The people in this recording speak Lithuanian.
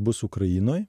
bus ukrainoj